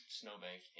snowbank